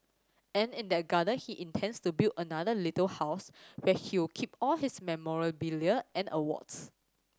and in that garden he intends to build another little house where he'll keep all his memorabilia and awards